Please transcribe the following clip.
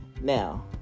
Now